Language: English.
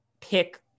pick